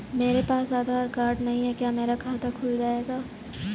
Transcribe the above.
मेरे पास आधार कार्ड नहीं है क्या मेरा खाता खुल जाएगा?